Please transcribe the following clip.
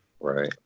Right